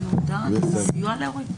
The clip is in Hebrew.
שייעודן סיוע להורים.